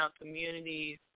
communities